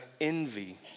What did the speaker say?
envy